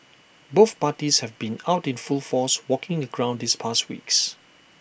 both parties have been out in full force walking the ground these past weeks